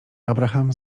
abraham